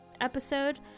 episode